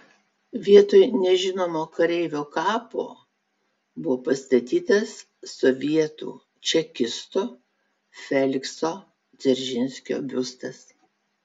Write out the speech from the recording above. vietoje nežinomo kareivio kapo buvo pastatytas sovietų čekisto felikso dzeržinskio biustas